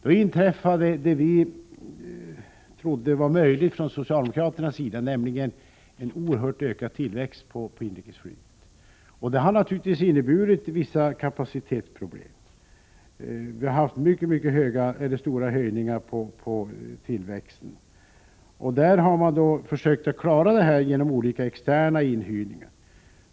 Då inträffade det som vi från socialdemokraternas sida trodde var möjligt, nämligen en oerhörd ökning av tillväxten inom inrikesflyget. Tillväxten har varit så omfattande att det har uppstått kapacitetsproblem.